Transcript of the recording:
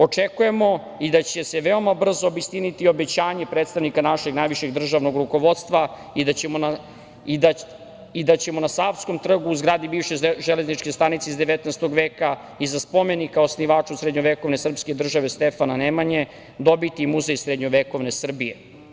Očekujemo da će se vrlo brzo obistiniti obećanje predstavnika našeg najvišeg državnog rukovodstva i da ćemo na Savskom trgu u zgradi bivše železničke stanice iz 19. veka, iza spomenika osnivaču srednjovekovne srpske države Stefana Nemanje, dobiti muzej srednjovekovne Srbije.